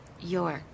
York